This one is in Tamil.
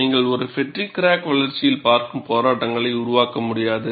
நீங்கள் ஒரு ஃப்பெட்டிக் கிராக் வளர்ச்சியில் பார்க்கும் போராட்டங்களை உருவாக்க முடியாது